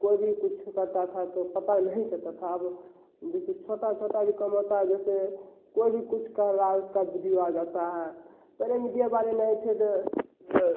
कोई भी कुछ था तो पता नहीं चलता था अब जैसे छोटा छोटा भी काम होता है जैसे कोई भी कुछ कर रहा है उसका वीडियो आ जाता है पर यह मीडिया वाले नहीं थे तब